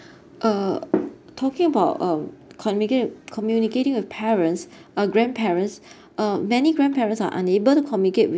uh talking about um communicate communicating with parents or grandparents uh many grandparents are unable to communicate with